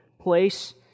place